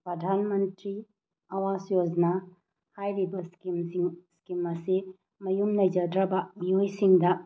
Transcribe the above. ꯄ꯭ꯔꯙꯥꯟ ꯃꯟꯇ꯭ꯔꯤ ꯑꯋꯥꯖ ꯌꯣꯖꯅꯥ ꯍꯥꯏꯔꯤꯕ ꯏꯁꯀꯤꯝꯁꯤꯡ ꯏꯁꯀꯤꯝ ꯑꯁꯤ ꯃꯌꯨꯝ ꯂꯩꯖꯗ꯭ꯔꯕ ꯃꯤꯑꯣꯏꯁꯤꯡꯗ